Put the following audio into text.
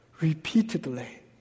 repeatedly